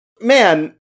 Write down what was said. man